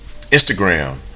Instagram